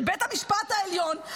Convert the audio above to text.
שבית המשפט העליון,